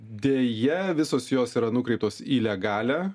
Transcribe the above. deja visos jos yra nukreiptos į legalią